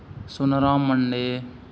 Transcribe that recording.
ᱥᱩᱱᱟᱹᱨᱟᱢ ᱢᱟᱱᱰᱤ